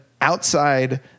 outside